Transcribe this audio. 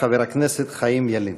חבר הכנסת חיים ילין.